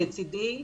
לצדי,